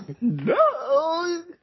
No